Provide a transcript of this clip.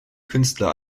künstler